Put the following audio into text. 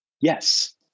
Yes